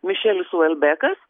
mišelis uelbekas